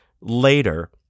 later